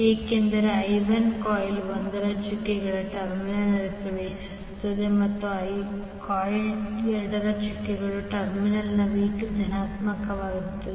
ಏಕೆಂದರೆ i1 coil 1 ರ ಚುಕ್ಕೆಗಳ ಟರ್ಮಿನಲ್ಗೆ ಪ್ರವೇಶಿಸುತ್ತದೆ ಮತ್ತು ಕಾಯಿಲ್ 2 ರ ಚುಕ್ಕೆಗಳ ಟರ್ಮಿನಲ್ನಲ್ಲಿ v2 ಧನಾತ್ಮಕವಾಗಿರುತ್ತದೆ